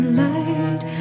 light